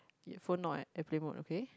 your phone not on airplane mode okay